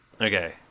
Okay